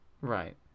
Right